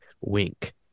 wink